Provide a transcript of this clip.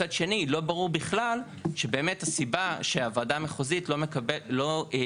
מצד שני לא ברור בכלל שבאמת הסיבה שהוועדה המחוזית לא הספיקה